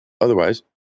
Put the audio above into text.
Otherwise